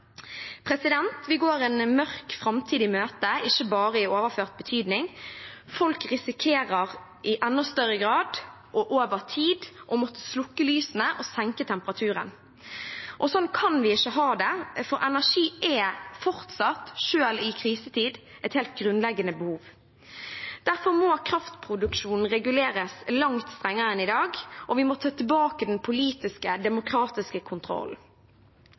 Vi går en mørk framtid i møte, ikke bare i overført betydning. Folk risikerer i enda større grad og over tid å måtte slukke lysene og senke temperaturen. Sånn kan vi ikke ha det, for energi er fortsatt, selv i krisetid, et helt grunnleggende behov. Derfor må kraftproduksjonen reguleres langt strengere enn i dag, og vi må ta tilbake den politiske, demokratiske kontrollen.